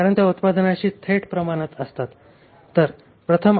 तर सर्व प्रथम आपण येथे घेत असलेल्या डायरेक्ट कॉस्टबद्दल बोलू